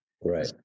Right